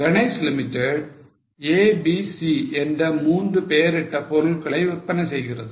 Ganesh limited A B C என்ற மூன்று பெயரிட்ட பொருள்களை விற்பனை செய்கிறது